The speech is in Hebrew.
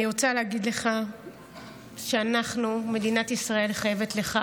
אני רוצה להגיד לך שאנחנו, מדינת ישראל חייבת לך